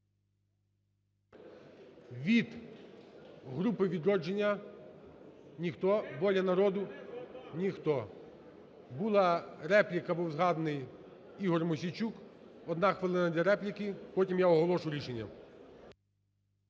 Від групи "Відродження"? Ніхто. "Воля народу"? Ніхто. Була репліка був згаданий Ігор Мосійчук, одна хвилина для репліки. Потім я оголошу рішення.